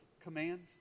commands